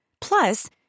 Plus